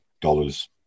dollars